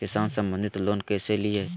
किसान संबंधित लोन कैसै लिये?